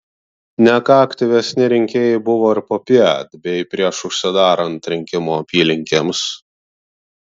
ne ką aktyvesni rinkėjai buvo ir popiet bei prieš užsidarant rinkimų apylinkėms